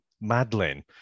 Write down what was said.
Madeline